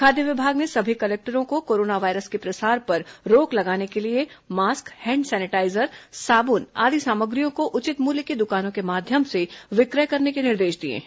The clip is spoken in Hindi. खाद्य विभाग ने सभी कलेक्टरों को कोरोना वायरस के प्रसार पर रोक लगाने के लिए मास्क हैण्ड सैनेटाईजर साबुन आदि सामग्रियों को उचित मुल्य की दुकानों के माध्यम से विक्रय करने के निर्देश दिए हैं